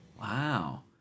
Wow